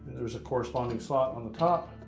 there's a corresponding slot on the top,